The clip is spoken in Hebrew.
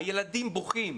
הילדים בוכים.